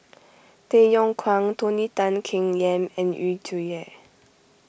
Tay Yong Kwang Tony Tan Keng Yam and Yu Zhuye